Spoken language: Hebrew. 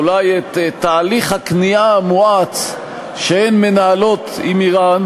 אולי את תהליך הכניעה המואץ שהן מנהלות עם איראן,